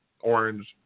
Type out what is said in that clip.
orange